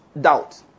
doubt